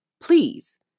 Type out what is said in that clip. please